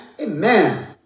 Amen